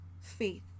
faith